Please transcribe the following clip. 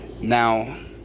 Now